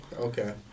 Okay